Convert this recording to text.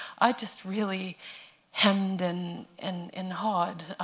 i just really hemmed and and and hawed,